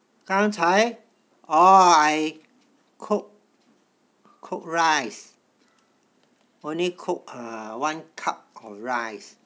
刚才 orh I cooked cooked rice only cooked one cup of rice